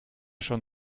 schon